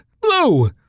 Blue